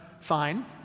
fine